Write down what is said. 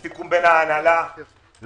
יש סיכום בין ההנהלה לעובדים.